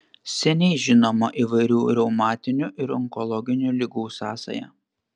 seniai žinoma įvairių reumatinių ir onkologinių ligų sąsaja